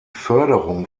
förderung